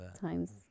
times